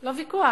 לא הוויכוח,